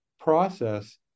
process